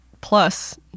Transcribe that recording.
plus